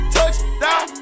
Touchdown